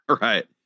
right